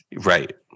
Right